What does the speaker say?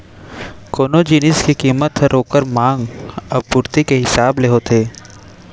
कोनो जिनिस के कीमत हर ओकर मांग अउ पुरती के हिसाब ले होथे